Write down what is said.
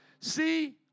See